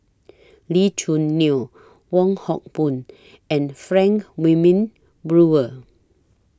Lee Choo Neo Wong Hock Boon and Frank Wilmin Brewer